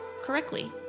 Correctly